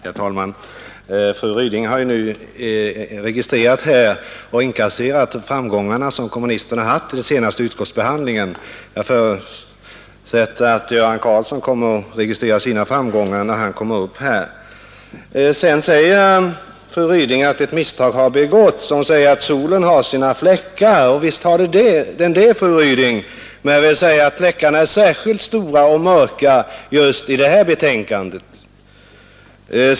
Herr talman! Fru Ryding har nu registrerat och inkasserat de framgångar som kommunisterna haft vid den senaste utskottsbehandlingen. Jag förutsätter att Göran Karlsson kommer att registrera sina framgångar när han kommer upp i talarstolen. Fru Ryding säger sedan att ett misstag har begåtts; hon säger att solen har sina fläckar — och visst har den det, fru Ryding, men jag vill säga att fläckarna är särskilt stora och mörka just i det här betänkandet.